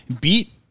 beat